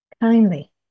kindly